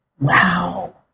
Wow